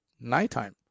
nighttime